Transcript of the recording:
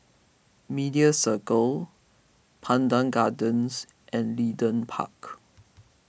Media Circle Pandan Gardens and Leedon Park